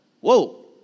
Whoa